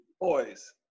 Boys